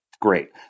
Great